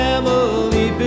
Family